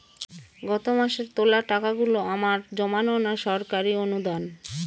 গত মাসের তোলা টাকাগুলো আমার জমানো না সরকারি অনুদান?